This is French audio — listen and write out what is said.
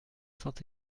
saint